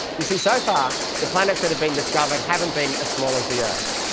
you see, so far the planets that have been discovered haven't been as small as the earth.